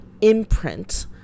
imprint